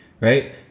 right